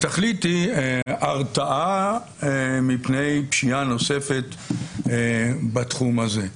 התכלית היא הרתעה מפני פשיעה נוספת בתחום הזה.